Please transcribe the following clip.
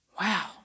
Wow